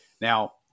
Now